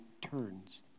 turns